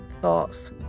thoughts